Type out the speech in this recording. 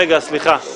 רגע, סליחה.